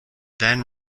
then